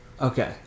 Okay